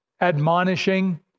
admonishing